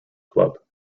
club